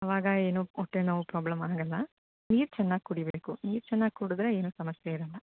ಅವಾಗ ಏನು ಹೊಟ್ಟೆ ನೋವು ಪ್ರಾಬ್ಲಮ್ ಆಗೋಲ್ಲ ನೀರು ಚೆನ್ನಾಗಿ ಕುಡಿಬೇಕು ನೀರು ಚೆನ್ನಾಗಿ ಕುಡಿದ್ರೆ ಏನು ಸಮಸ್ಯೆ ಇರಲ್ಲ